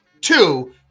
two